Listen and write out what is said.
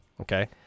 okay